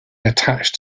attached